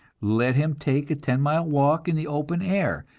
let him take a ten-mile walk in the open air,